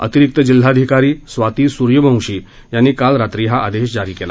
अतिरिक्त जिल्हाधिकारी स्वाती स्र्यवंशी यांनी काल रात्री हा आदेश जारी केला